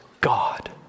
God